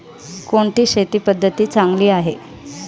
कोणती शेती पद्धती चांगली आहे?